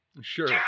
sure